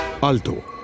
Alto